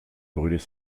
brûlait